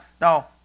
Now